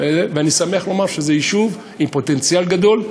ואני שמח לומר שזה יישוב עם פוטנציאל גדול,